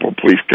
police